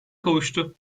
kavuştu